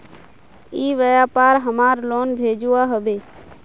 ई व्यापार हमार लोन भेजुआ हभे?